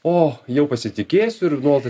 o jau pasitikėsiu ir nuolat